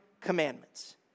commandments